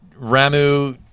Ramu